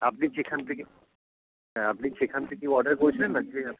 আপনি যেখান থেকে হ্যাঁ আপনি যেখান থেকে অর্ডার করছিলেন না যে